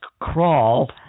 crawl